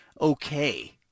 okay